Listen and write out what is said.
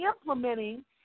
implementing